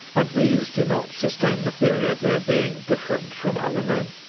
and these do not sustain the theory of their being different from other men.